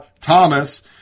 Thomas